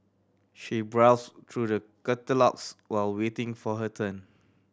she browsed through the catalogues while waiting for her turn